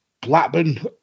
Blackburn